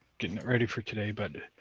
getting it ready for today, but.